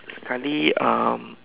sekali um